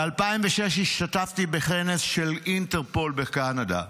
ב-2006 השתתפתי בכנס של אינטרפול בקנדה,